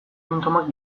sintomak